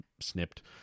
snipped